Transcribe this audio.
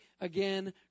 again